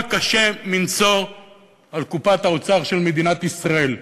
קשה מנשוא על קופת האוצר של מדינת ישראל.